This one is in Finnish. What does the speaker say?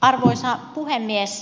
arvoisa puhemies